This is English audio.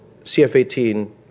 CF-18